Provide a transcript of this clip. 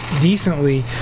decently